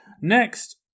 Next